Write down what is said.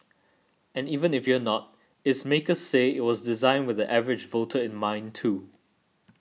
and even if you're not its makers say it was designed with the average voter in mind too